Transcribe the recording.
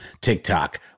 TikTok